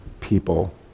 people